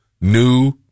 new